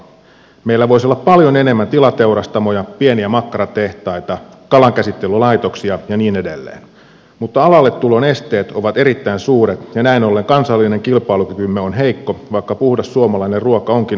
meillä voisi olla paljon enemmän tilateurastamoja pieniä makkaratehtaita kalankäsittelylaitoksia ja niin edelleen mutta alalle tulon esteet ovat erittäin suuret ja näin ollen kansallinen kilpailukykymme on heikko vaikka puhdas suomalainen ruoka onkin arvostettua maailmalla